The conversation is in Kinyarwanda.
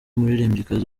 umuririmbyikazi